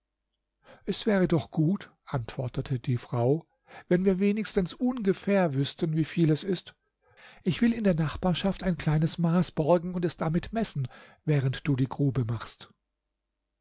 es wäre doch gut antwortete die frau wenn wir wenigstens ungefähr wüßten wie viel es ist ich will in der nachbarschaft ein kleines maß borgen und es damit messen während du die grube machst